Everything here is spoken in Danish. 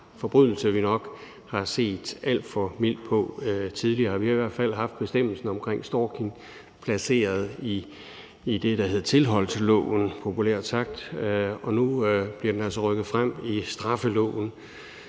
forbrydelse, vi nok har set alt for mildt på tidligere. Vi har i hvert fald haft bestemmelsen omkring stalking placeret i det, der hedder tilholdsloven, populært sagt, og nu bliver den altså rykket frem i straffeloven.